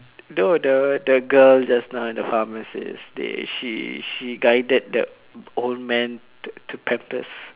no the the girl just now at the pharmacies they she she guided the old man to to pampers